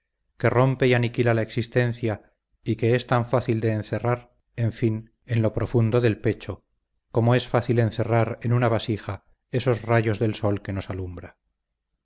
que rompe y aniquila la existencia y que es tan fácil de encerrar en fin en lo profundo del pecho como es fácil encerrar en una vasija esos rayos del sol que nos alumbra